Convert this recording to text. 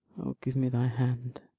o, give me thy hand,